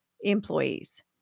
employees